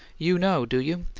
you know, do you?